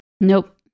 Nope